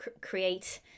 create